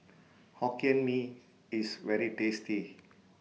Hokkien Mee IS very tasty